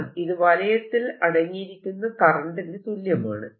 എന്നാൽ ഇത് വലയത്തിൽ അടങ്ങിയിരിക്കുന്ന കറന്റിന് തുല്യമാണ്